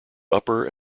upper